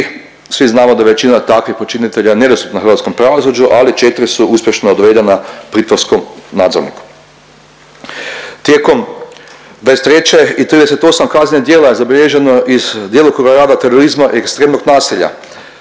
svi znamo da većina takvih počinitelja nedostupna hrvatskom pravosuđu, ali 4 su uspješno dovedena pritvorskom nadzorniku. Tijekom '23. i 38 kaznenih djela je zabilježeno iz djelokruga rata terorizma i ekstremnog nasilja,